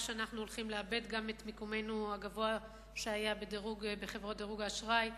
שאנחנו הולכים לאבד גם את מיקומנו הגבוה בחברות דירוג האשראי,